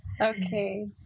Okay